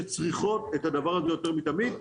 שצריכות את הדבר הזה יותר מתמיד.